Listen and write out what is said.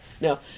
No